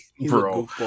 bro